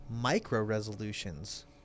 micro-resolutions